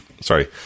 sorry